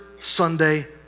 Sunday